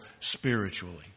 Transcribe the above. spiritually